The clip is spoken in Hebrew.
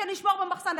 כשנשמור במחסן,